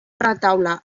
retaule